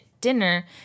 dinner